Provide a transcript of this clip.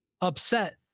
upset